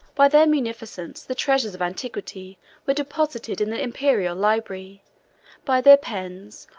by their munificence the treasures of antiquity were deposited in the imperial library by their pens,